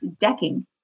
decking